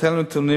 בהתאם לנתונים,